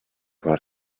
what